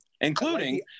including